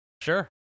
Sure